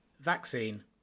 vaccine